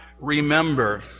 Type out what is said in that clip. remember